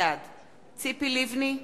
בעד יעקב כץ, בעד ישראל כץ, בעד ציפי לבני,